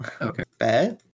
Okay